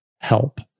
help